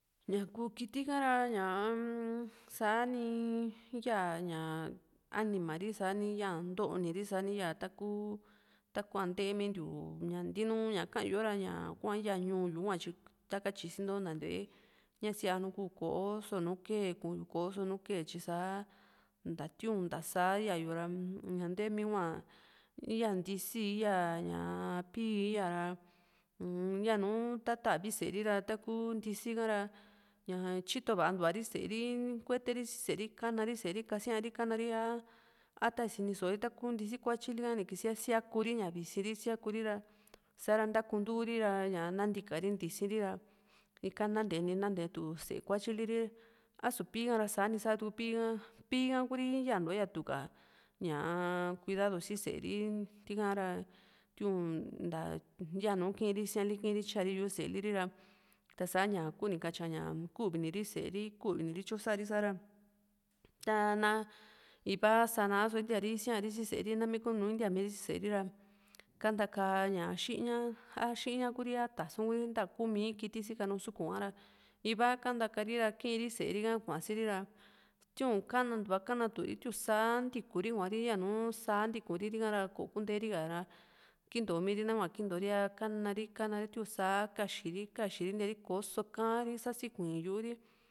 ñaa ku kiti ha ra ñaa sa´ni yá ña anima ri sáni ya ntoo´ni ri sáni ya taku takua´ntemintiu ñaa ntiinu ña ka´an yo ra ña ñáa kua íya ñuu yu hua tyi takatyi yu sinto nta nti´ve ña sianu ku koo´so nú kee kuyo ko´so nu kee tyi saa nta tiun nta sá yaa´yu ra ña nteemi hua íya ntisi íya ñaa pí´i íyaa ra uyanu ta ta´vi sée ri ra taku ntisi ka ra ña tyito va´antuari sée ri kuete ri si sée ri kana ri sée ri kasíari kana ri a a tani sini só´o ri taku ntisi kuatyi lika ni kisia siáku ri kaanta ká xiña a xiña kuuri a tasún kuuri nta kuumí kiti sikanú suku´n ha´ra iva kanta ka ri ra kii´ri sée ri ka kua´siri ra tiun kanatuva kanatuu ri tiuun sá ntiikuri kuari yanu sá ntikuri ri´ka ra ko kunteri ka ra kinto miiri nahua kinto ri ea ka´na ri ka´na ri tiun sá káxiri káxiri kò´o so kaa´an ri sa sikuíi yu´u ri